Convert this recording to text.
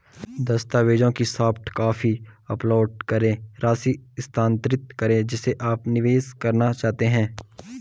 दस्तावेजों की soft copy upload करें, राशि स्थानांतरित करें जिसे आप निवेश करना चाहते हैं